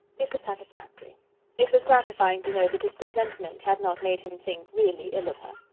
it was satisfactory it was gratifying to know that his resentment had not made him think really ill of her.